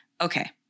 Okay